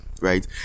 right